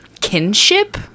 kinship